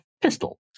pistol